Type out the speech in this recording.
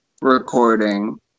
recording